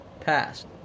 passed